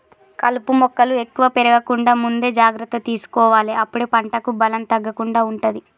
కలుపు మొక్కలు ఎక్కువ పెరగకుండా ముందే జాగ్రత్త తీసుకోవాలె అప్పుడే పంటకు బలం తగ్గకుండా ఉంటది